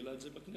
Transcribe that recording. גילה את זה בכנסת,